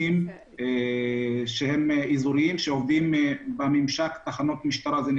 סוציאליים אזוריים שעובדים בממשק של תחנות המשטרה והרווחה,